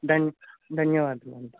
ధన్ ధన్యవాదాలు